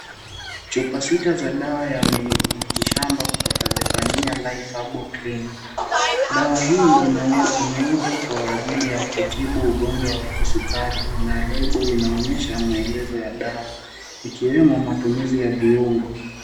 Chupa sita za dawa ya miti shamba kutoka Zephania Life Herbal Clinic. Dawa hii inauzwa kwa ajili ya kutibu ugonjwa wa kisukari na lebo inaonyesha maelezo ya dawa, ikiwemo matumizi ya viungo.